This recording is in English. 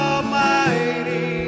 Almighty